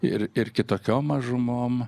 ir ir kitokiom mažumom